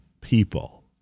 people